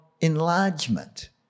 enlargement